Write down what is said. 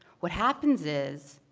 what happens is